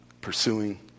pursuing